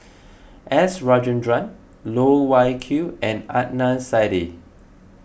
S Rajendran Loh Wai Kiew and Adnan Saidi